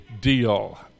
deal